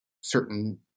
certain